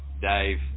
Dave